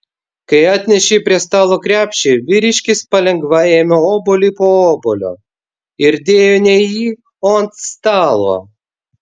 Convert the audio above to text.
kai atnešei prie stalo krepšį vyriškis palengva ėmė obuolį po obuolio ir dėjo ne į jį o ant stalo